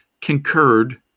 concurred